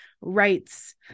rights